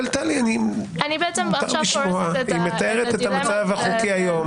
היא מתארת את המצב החוקי היום,